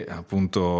appunto